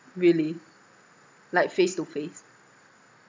really like face to face